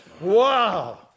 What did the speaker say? Wow